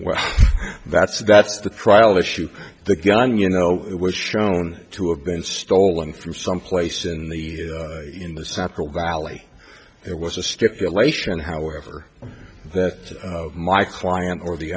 well that's that's the trial of shoot the gun you know it was shown to have been stolen from some place in the in the several valley there was a strip elation however that my client or the